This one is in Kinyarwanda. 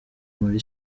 muri